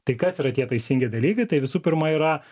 tai kas yra tie taisingi dalykai tai visų pirma yra